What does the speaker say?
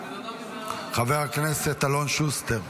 חבר הכנסת אלון שוסטר.